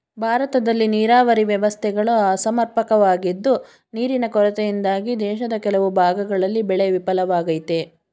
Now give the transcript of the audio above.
ಭಾರತದಲ್ಲಿ ನೀರಾವರಿ ವ್ಯವಸ್ಥೆಗಳು ಅಸಮರ್ಪಕವಾಗಿದ್ದು ನೀರಿನ ಕೊರತೆಯಿಂದಾಗಿ ದೇಶದ ಕೆಲವು ಭಾಗಗಳಲ್ಲಿ ಬೆಳೆ ವಿಫಲವಾಗಯ್ತೆ